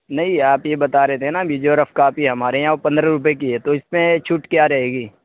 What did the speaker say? نہیں آپ ہی بتا رہے تھے نا ابھی جو رف کاپی ہمارے یہاں پندرہ روپے کی ہے تو اس میں چھوٹ کیا رہے گی